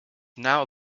now